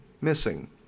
missing